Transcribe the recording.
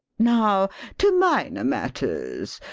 now to minor matters.